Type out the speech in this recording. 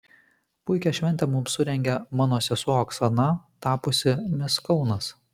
puikią šventę mums surengė mano sesuo oksana tapusi mis kaunas